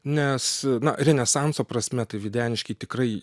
nes na renesanso prasme tai videniškiai tikrai